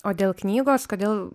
o dėl knygos kodėl